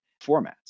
formats